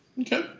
okay